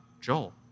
Joel